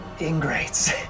ingrates